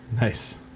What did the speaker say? Nice